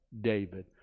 David